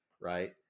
right